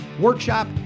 workshop